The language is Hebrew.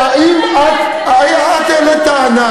אבל זו הייתה החלטת ממשלה, סליחה, את העלית טענה.